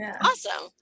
Awesome